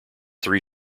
three